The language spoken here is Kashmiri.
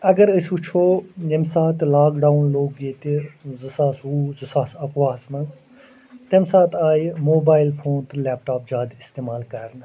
اگر أسۍ وٕچھو ییٚمہِ ساتہٕ لاک ڈاوُن لوگُکھ ییٚتہِ زٕ ساس وُہ زٕ ساس اَکہٕ وُہس منٛز تَمہِ ساتہٕ آیہِ موبایل فون تہٕ لیپٹاپ زیاد استعمال کَرنہٕ